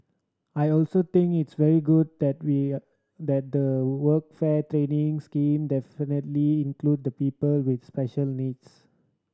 I also think it's very good that that the workfare training scheme definitively include people with special needs